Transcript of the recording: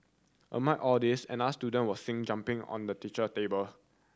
amid all this another student was seen jumping on the teacher table